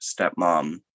stepmom